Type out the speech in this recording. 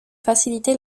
faciliter